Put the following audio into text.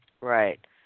right